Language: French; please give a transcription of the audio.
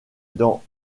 dans